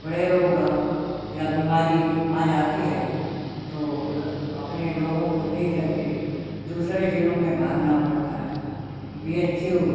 बड़े रोग आँ या बीमारी आ जाती है तो र अपने लोगों को ले करके दूसरे ज़िलों में भागना पड़ता है बी एच यू